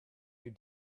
you